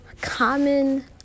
common